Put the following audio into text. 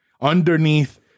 underneath